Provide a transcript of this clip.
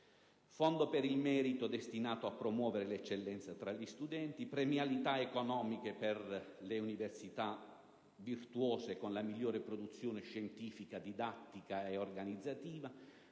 Fondo per il merito destinato a promuovere l'eccellenza tra gli studenti; premialità economiche per le università virtuose con la migliore produzione scientifica, didattica ed organizzativa;